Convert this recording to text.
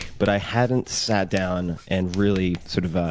but i hadn't sat down and really sort of ah